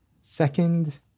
second